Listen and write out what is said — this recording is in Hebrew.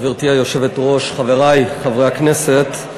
גברתי היושבת-ראש, חברי חברי הכנסת,